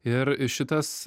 ir šitas